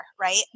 right